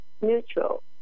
neutral